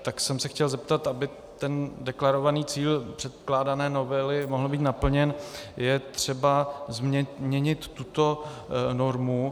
Tak jsem se chtěl zeptat aby ten deklarovaný cíl předkládané novely mohl být naplněn, je třeba změnit tuto normu.